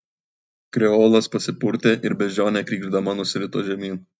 kreolas pasipurtė ir beždžionė krykšdama nusirito žemyn